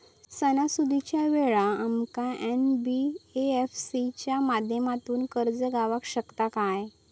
सणासुदीच्या वेळा आमका एन.बी.एफ.सी च्या माध्यमातून कर्ज गावात शकता काय?